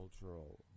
cultural